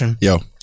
Yo